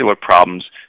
problems